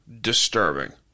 disturbing